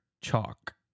Chalk